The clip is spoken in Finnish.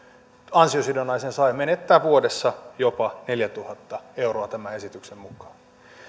ansiosidonnaisen saaja menettää vuodessa jopa neljätuhatta euroa tämän esityksen mukaan